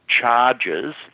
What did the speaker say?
charges